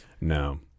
No